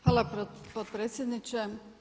Hvala potpredsjedniče.